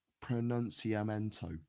pronunciamento